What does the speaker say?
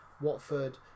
Watford